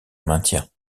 maintien